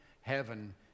heaven